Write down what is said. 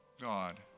God